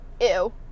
Ew